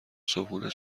صبحونه